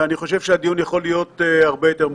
ואני חושב שהדיון יכול להיות הרבה יותר מעניין.